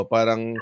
Parang